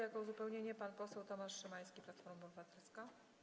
I uzupełnienie - pan poseł Tomasz Szymański, Platforma Obywatelska.